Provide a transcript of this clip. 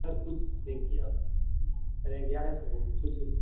sir कुछ देखिए आप साढ़े ग्यारह में कुछ